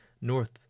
north